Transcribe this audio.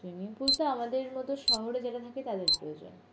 swimming pool তো আমাদের মতো শহরে যারা থাকে তাদের প্রয়োজন